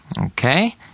okay